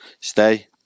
Stay